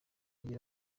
agira